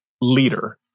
leader